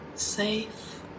safe